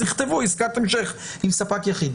אז יכתבו עסקת המשך עם ספק יחיד.